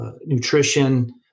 nutrition